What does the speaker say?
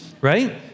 right